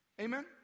Amen